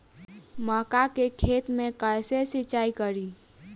मका के खेत मे कैसे सिचाई करी?